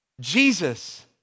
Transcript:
Jesus